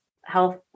health